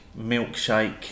Milkshake